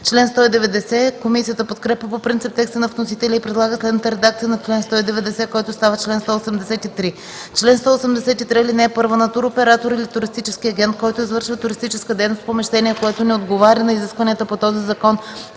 нощувка.” Комисията подкрепя по принцип текста на вносителя и предлага следната редакция на чл. 190, който става чл. 183: „Чл. 183. (1) На туроператор или туристически агент, който извършва туристическа дейност в помещение, което не отговаря на изискванията по този закон,